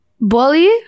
Bully